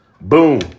Boom